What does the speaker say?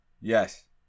Yes